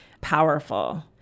powerful